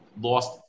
lost